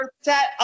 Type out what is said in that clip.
set